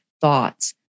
thoughts